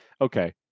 okay